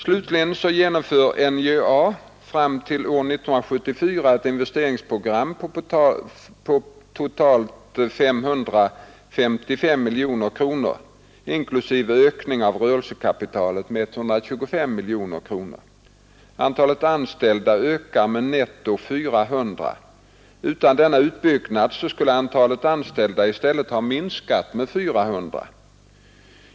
Slutligen genomför NJA fram till år 1974 ett investeringsprogram på totalt 555 miljoner kronor — inklusive ökning av rörelsekapitalet med 125 miljoner kronor. Antalet anställda ökar med netto 400. Utan denna utbyggnad skulle antalet anställda i stället ha minskat med 400.